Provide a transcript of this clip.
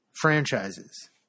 franchises